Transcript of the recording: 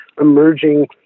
emerging